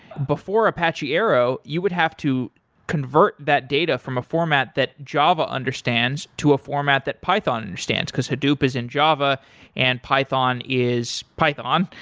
before apache arrow, you would have to convert that data from a format that java understands to a format that python understands, because hadoop is in java and python is python.